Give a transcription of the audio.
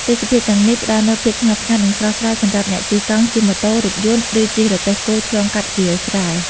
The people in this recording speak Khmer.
ទេសភាពទាំងនេះ ផ្ដល់នូវភាពស្ងប់ស្ងាត់ និងស្រស់ស្រាយសម្រាប់អ្នកជិះកង់ ជិះម៉ូតូ រថយន្ត ឬជិះរទេះគោឆ្លងកាត់វាលស្រែ។